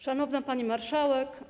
Szanowna Pani Marszałek!